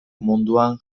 munduan